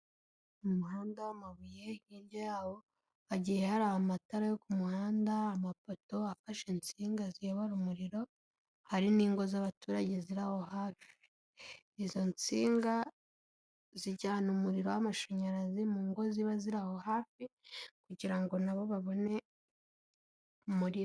Mu muhanda w'amabuye, hirya yawo hagiye hari amatara yo ku muhanda, amapoto afashe insinga ziyobora umuriro, hari n'ingo z'abaturage ziri aho hafi, izo nsinga zijyana umuriro w'amashanyarazi mu ngo ziba ziri aho hafi kugira ngo nabo babone umuriro.